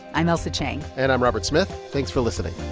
i'm ailsa chang and i'm robert smith. thanks for listening